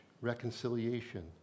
reconciliation